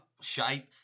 shite